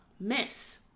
miss